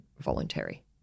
voluntary